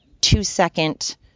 two-second